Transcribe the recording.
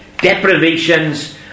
deprivations